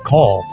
Call